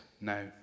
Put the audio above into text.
now